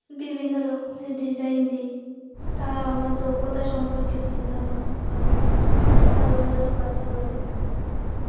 বিভিন্ন রকমের ডিজাইন দিই তারা আমার দক্ষতা সম্পর্কে চিন্তাভাবনা করে অনেক ভালো ভালো কথা বলে